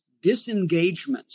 disengagements